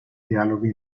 dialoghi